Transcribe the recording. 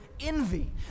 envy